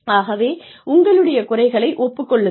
ஆகவே உங்களுடைய குறைகளை ஒப்புக் கொள்ளுங்கள்